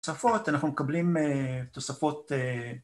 תוספות, אנחנו מקבלים תוספות